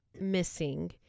missing